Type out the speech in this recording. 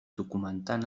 documentant